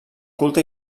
culte